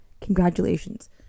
congratulations